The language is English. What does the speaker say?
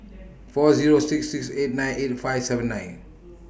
four Zero six six eight nine eight five seven nine